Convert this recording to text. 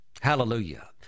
Hallelujah